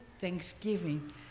thanksgiving